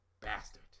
bastard